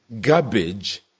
garbage